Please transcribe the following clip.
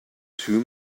two